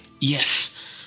yes